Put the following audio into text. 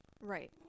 Right